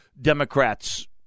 Democrats